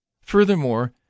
furthermore